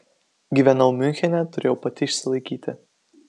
gyvenau miunchene turėjau pati išsilaikyti